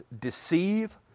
deceive